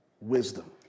wisdom